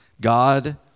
God